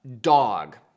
dog